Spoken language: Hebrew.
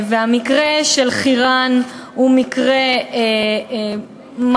והמקרה של חירן הוא מקרה מרגיז